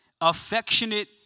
affectionate